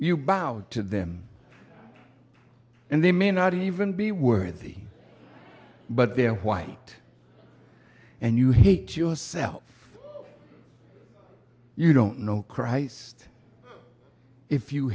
bow to them and they may not even be worthy but they're white and you hate yourself you don't know christ if you